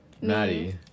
maddie